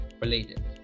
related